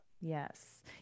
Yes